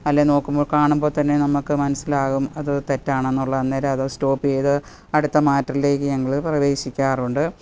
അല്ലേൽ നോക്കുമ്പോൾ കാണുമ്പോൾ തന്നെ നമുക്ക് മനസ്സിലാകും അത് തെറ്റാണെന്നുള്ളത് അന്നേരമത് സ്റ്റോപ്പ് ചെയ്ത് അടുത്ത മാറ്ററിലേക്ക് ഞങ്ങൾ പ്രവേശിക്കാറുണ്ട്